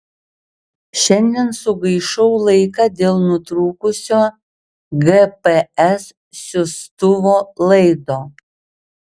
šiandien sugaišau laiką dėl nutrūkusio gps siųstuvo laido